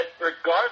regardless